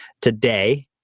today